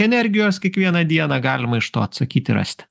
energijos kiekvieną dieną galima iš to atsakyti rasti